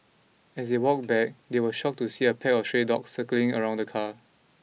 as they walked back they were shocked to see a pack of stray dogs circling around the car